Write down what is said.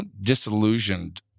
disillusioned